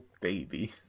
baby